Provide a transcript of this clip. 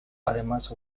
además